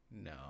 no